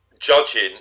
judging